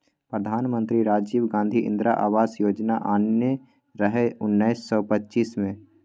प्रधानमंत्री राजीव गांधी इंदिरा आबास योजना आनने रहय उन्नैस सय पचासी मे